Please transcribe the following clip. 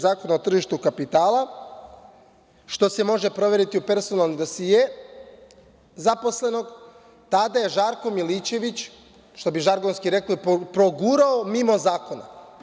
Zakona o tržištu kapitala, što se može proveriti u personalnom dosijeu zaposlenog, Žarko Milićević, što bi žargonski rekli, progurao mimo zakona.